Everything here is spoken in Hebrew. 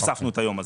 הוספנו את היום הזה.